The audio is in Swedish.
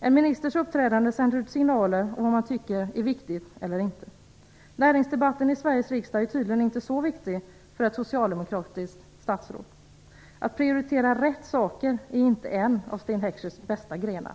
En ministers uppträdande sänder signaler om vad man tycker är viktigt och inte. Näringsdebatten i Sveriges riksdag är tydligen inte så viktig för ett socialdemokratiskt statsråd. Att prioritera rätt saker är inte en av Sten Heckschers bästa grenar.